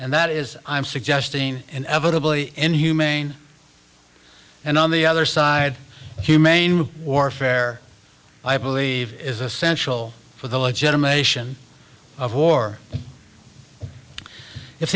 and that is i'm suggesting inevitably inhumane and on the other side humane warfare i believe is essential for the legitimation of war if